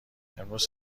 امروز